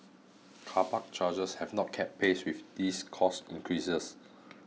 car park charges have not kept pace with these cost increases